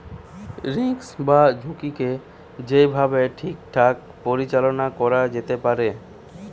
risk বা ঝুঁকিকে যেই ভাবে ঠিকঠাক পরিচালনা করা যেতে পারে